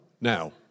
now